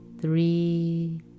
three